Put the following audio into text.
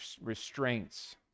restraints